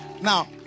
Now